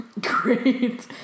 Great